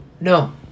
No